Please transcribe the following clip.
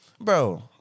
bro